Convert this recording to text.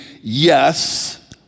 yes